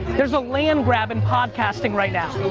there's a land grab in podcasting right now.